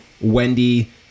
Wendy